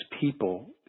people